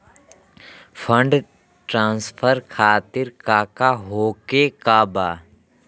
Fund transfer खातिर काका होखे का बा?